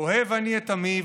אוהב אני את עמי,